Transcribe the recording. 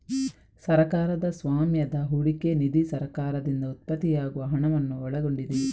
ಸರ್ಕಾರದ ಸ್ವಾಮ್ಯದ ಹೂಡಿಕೆ ನಿಧಿ ಸರ್ಕಾರದಿಂದ ಉತ್ಪತ್ತಿಯಾಗುವ ಹಣವನ್ನು ಒಳಗೊಂಡಿದೆ